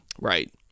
Right